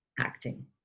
acting